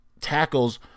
tackles